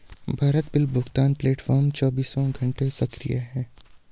Bharat bill भुगतान platform चौबीसों घंटे सक्रिय है